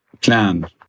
plan